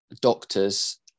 doctors